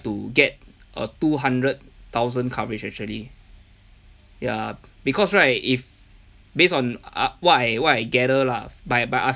to get a two hundred thousand coverage actually ya because right if based on ah what I what I gather lah by by